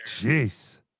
Jeez